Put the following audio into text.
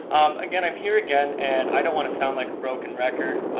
again, i'm here again, and i don't want to sound like a broken record.